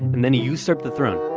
and then he usurped the throne.